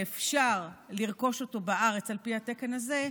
ואפשר לרכוש אותם בארץ על פי התקן הזה,